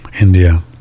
India